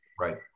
Right